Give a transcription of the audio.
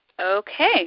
Okay